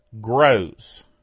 grows